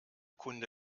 kunde